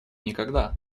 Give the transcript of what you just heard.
никогда